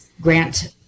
grant